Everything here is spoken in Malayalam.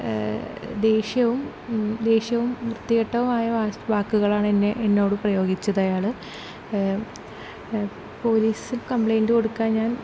ദേഷ്യവും ദേഷ്യവും വൃത്തികെട്ടതുമായ വാക്കുകളാണ് എന്നെ എന്നോട് പ്രയോഗിച്ചത് അയാൾ പോലീസിന് കമ്പ്ലൈൻ്റ് കൊടുക്കാൻ ഞാൻ